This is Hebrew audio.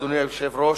אדוני היושב-ראש,